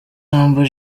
humble